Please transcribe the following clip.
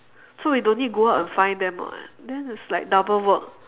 so we don't need go out and find them [what] then it's like double work